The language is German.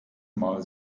mal